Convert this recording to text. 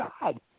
God